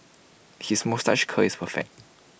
his moustache curl is perfect